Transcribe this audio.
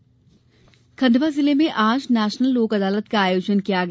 लोक अदालत खण्डवा जिले में आज नेशनल लोक अदालत का आयोजन किया गया